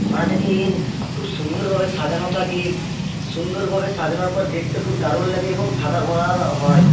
ঘোড়াটাকে খুব সুন্দরভাবে সাজানো থাকে সুন্দরভাবে সাজানোর পর দেখতে খুব দারুণ লাগে এবং সাদা ঘোড়া হয়